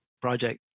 project